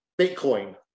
Bitcoin